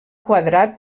quadrat